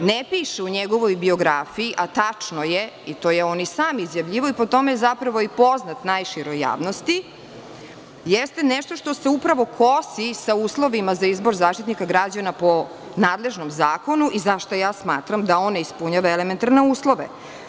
ne piše u njegovoj biografiji, a tačno je i to je on i sam izjavljivao i po tome je zapravo i poznat najširoj javnosti, jeste nešto što se upravo kosi sa uslovima za izbor Zaštitnika građana po nadležnom zakonu i zašto ja smatram da on ne ispunjava elementarne uslove.